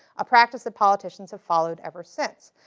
a practice that politicians have followed ever since.